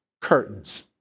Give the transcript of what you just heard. curtains